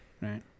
Right